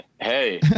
hey